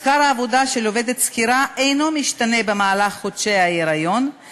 שכר העבודה של עובדת שכירה אינו משתנה בחודשי ההיריון,